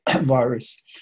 virus